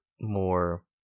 more